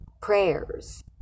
prayers